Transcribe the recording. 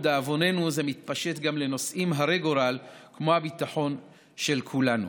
לדאבוננו זה מתפשט גם לנושאים הרי גורל כמו הביטחון של כולנו.